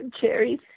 cherries